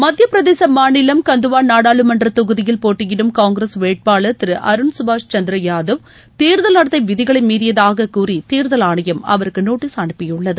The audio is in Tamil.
மத்திய பிரதேச மாநிலம் கந்துவா நாடாளுமன்ற தொகுதியில் போட்டியிடும் காங்கிரஸ் வேட்பாளர் திரு அருண் சுபாஷ் சந்திர யாதவ் தேர்தல் நடத்தை விதிகளை மீறியதாக கூறி தேர்தல் ஆணையம் அவருக்கு நோட்டீஸ் அனுப்பியுள்ளது